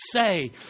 say